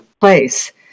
Place